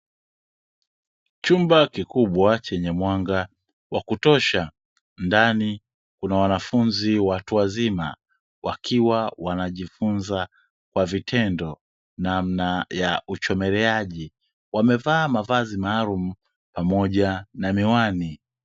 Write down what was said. Chumba kikubwa chenye mwanga wa kutosha, ndani kuna wanafunzi watu wazima, wakiwa wanajifunza kwa vitendo namna ya uchomeleaji. Wamevaa mavazi maalumu pamoja na miwani.